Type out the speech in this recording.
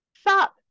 Stop